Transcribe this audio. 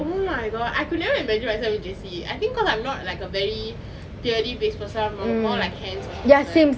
oh my god I could never imagine myself in J_C I think cause I'm not like a very theory based person I'm more like hands on person